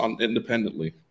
independently